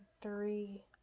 three